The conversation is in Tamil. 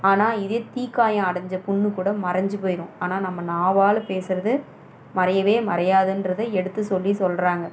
ஆனால் இதே தீக்காயம் அடைஞ்ச புண்ணுக்கூட மறைஞ்சு போயிடும் ஆனால் நம்ம நாவால் பேசுகிறது மறையவே மறையாதுன்றத எடுத்து சொல்லி சொல்கிறாங்க